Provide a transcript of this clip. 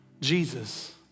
Jesus